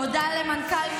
תודה למנכ"ל,